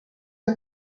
que